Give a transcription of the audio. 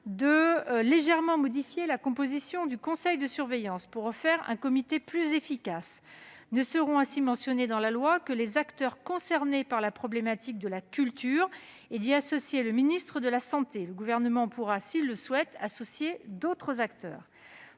légèrement la composition du conseil de surveillance pour le rendre plus efficace. Ne seront ainsi mentionnés dans la loi que les acteurs concernés par la problématique de la culture, et le ministre de la santé y sera associé. Le Gouvernement pourra, s'il le souhaite, ajouter d'autres acteurs.